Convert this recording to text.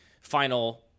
final